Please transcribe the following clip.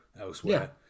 elsewhere